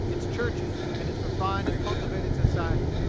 its churches, and its refined and cultivated society,